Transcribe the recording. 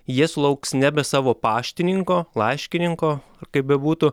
jie sulauks nebe savo paštininko laiškininko kaip bebūtų